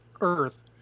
Earth